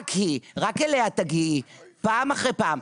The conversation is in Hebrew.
רק היא, רק אליה תגיעי, פעם אחרי פעם.